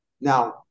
Now